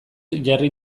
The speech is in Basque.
jarri